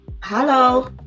Hello